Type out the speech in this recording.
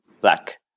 black